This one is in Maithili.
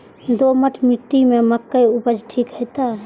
दोमट मिट्टी में मक्के उपज ठीक होते?